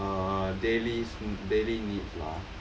err daily daily needs lah